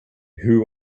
who